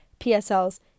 PSLs